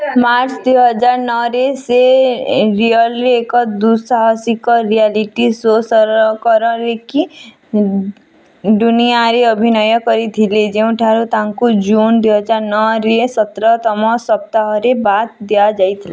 March ଦୁଇ ହଜାର ନଅରେ ସେ ଏ ରିଅଲ୍ରେ ଏକ ଦୁଃସାହସିକ ରିଆଲିଟି ସୋ ସରକର କି ଦୁନିଆରେ ଅଭିନୟ କରିଥିଲେ ଯେଉଁଠାରୁ ତାଙ୍କୁ ଜୁନ୍ ଦୁଇ ହଜାର ନଅରେ ସତର ତମ ସପ୍ତାହରେ ବାଦ୍ ଦିଆଯାଇଥିଲ